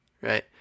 right